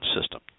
system